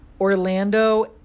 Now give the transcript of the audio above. orlando